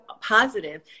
positive